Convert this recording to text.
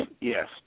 yes